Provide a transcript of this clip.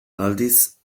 aldiz